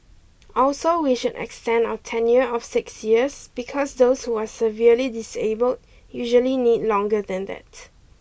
also we should extend our tenure of six years because those who are severely disabled usually need longer than that